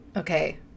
Okay